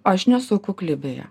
aš nesu kukli beje